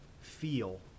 feel